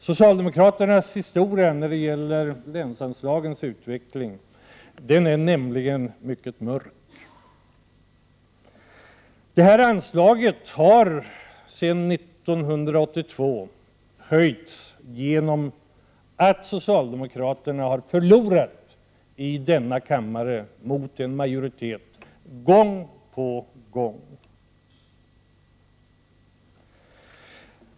Socialdemokraternas historia när det gäller länsanslagens utveckling är nämligen mycket mörk. Detta anslag har sedan 1982 höjts genom att socialdemokraternas förslag gång på gång har förlorat vid omröstningarna i denna kammare mot en majoritet.